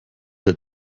der